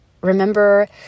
remember